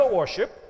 worship